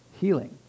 healing